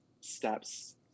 steps